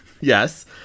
Yes